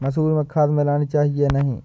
मसूर में खाद मिलनी चाहिए या नहीं?